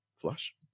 Flush